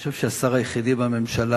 אני חושב שהוא השר היחיד בממשלה